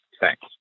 Thanks